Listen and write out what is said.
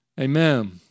Amen